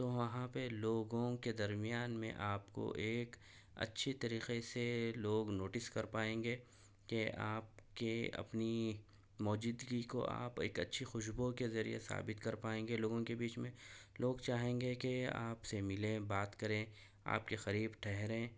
تو وہاں پہ لوگوں کے درمیان میں آپ کو ایک اچھی طریقے سے لوگ نوٹس کر پائیں گے کہ آپ کے اپنی موجودگی کو آپ ایک اچھی خوشبوؤں کے ذریعے ثابت کر پائیں گے لوگوں کے بیچ میں لوگ چاہیں گے کہ آپ سے ملیں بات کریں آپ کے قریب ٹھہریں